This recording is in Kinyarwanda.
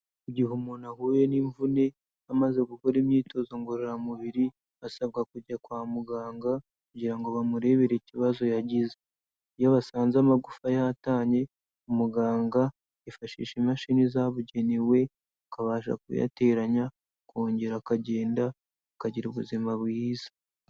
Igihe umuntu ahuye n'imvune amaze gukora imyitozo ngororamubiri, asabwa kujya kwa muganga kugira ngo bamurebere ikibazo yagize. Iyo basanze amagufa yatanye umuganga yifashisha imashini zabugenewe akabasha kuyateranya, akongera akagenda, akagira ubuzima bwiza.